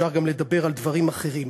אפשר גם לדבר על דברים אחרים.